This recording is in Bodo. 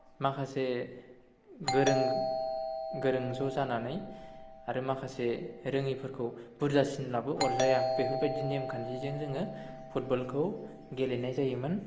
माखासे गोरों गोरों ज' जानानै आरो माखासे रोङैफोरखौ बुरजासिनब्लाबो अरजाया बेफोरबायदि नेम खान्थिजों जोङो फुटबलखौ गेलेनाय जायोमोन